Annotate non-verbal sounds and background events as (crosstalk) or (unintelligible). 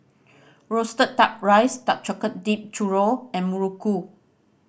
roasted Duck Rice dark (unintelligible) dipped churro and muruku